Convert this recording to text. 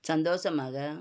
சந்தோஷமாக